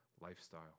lifestyle